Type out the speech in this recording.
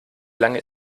lange